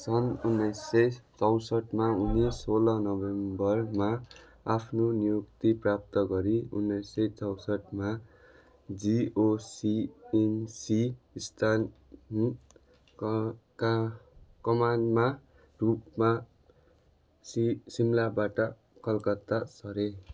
सन् उन्नाइस सय चौसठमा उनि सोह्र नोभेम्बरमा आफ्नो नियुक्ति प्राप्त गरि उन्नाइस सय चौसठमा जिओसिएनसि स्थान क का कमानमा ग्रुपमा सि सिमलाबाट कलकत्ता सरे